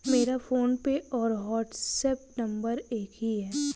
मेरा फोनपे और WhatsApp number एक ही है